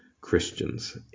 christians